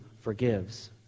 forgives